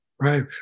Right